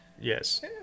yes